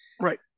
Right